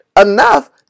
enough